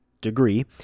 degree